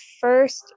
first